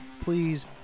please